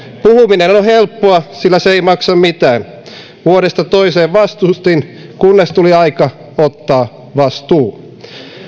puhuminen on helppoa sillä se ei maksa mitään vuodesta toiseen vastustin kunnes tuli aika ottaa vastuu